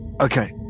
Okay